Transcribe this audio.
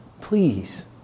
Please